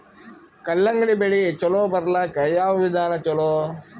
ಕಲ್ಲಂಗಡಿ ಬೆಳಿ ಚಲೋ ಬರಲಾಕ ಯಾವ ವಿಧಾನ ಚಲೋ?